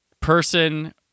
person